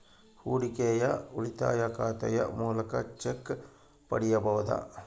ಹೂಡಿಕೆಯ ಉಳಿತಾಯ ಖಾತೆಯ ಮೂಲಕ ಚೆಕ್ ಪಡೆಯಬಹುದಾ?